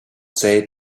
they